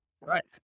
Right